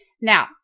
Now